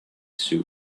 soup